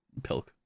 Pilk